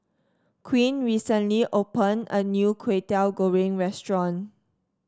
Quinn recently open a new Kway Teow Goreng restaurant